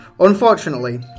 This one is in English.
Unfortunately